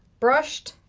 brushed,